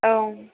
औ